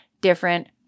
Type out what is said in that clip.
different